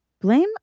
Blame